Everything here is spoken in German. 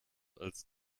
als